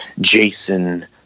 Jason